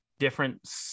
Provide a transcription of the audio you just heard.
different